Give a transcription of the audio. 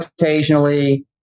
occasionally